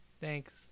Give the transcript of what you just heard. thanks